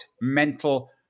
mental